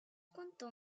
cuanto